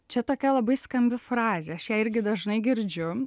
čia tokia labai skambi frazė aš ją irgi dažnai girdžiu